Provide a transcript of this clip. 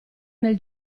nel